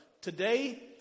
Today